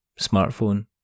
smartphone